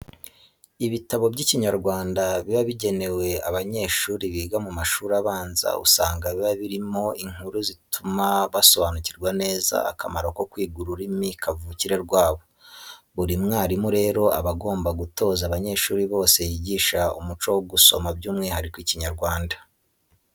Ibitabo by'Ikinyarwanda biba bigenewe abanyeshuri biga mu mashuri abanza usanga biba birimo inkuru zituma basobanukirwa neza akamaro ko kwiga ururimi kavukire rwabo. Buri mwarimu rero aba agomba gutoza abanyeshuri bose yigisha umuco wo gusoma by'umwihariko Ikinyarwanda.